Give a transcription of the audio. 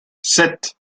sept